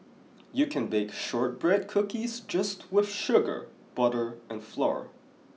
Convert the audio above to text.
you can bake shortbread cookies just with sugar butter and flour